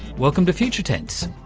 welcome to future tense.